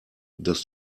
dass